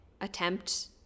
attempt